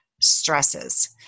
stresses